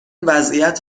وضعیت